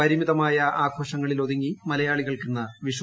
പരിമിതമായ ആഘോഷങ്ങളിലൊതുങ്ങി മലയാളി കൾക്ക് ഇന്ന് വിഷു